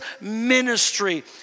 ministry